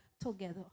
together